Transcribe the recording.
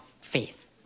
faith